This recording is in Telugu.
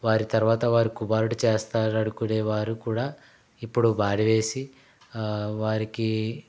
వారి తర్వాత వారి కుమారుడు చేస్తారు అనుకునే వారు కూడా ఇప్పుడు మానేసి వారికి